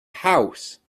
house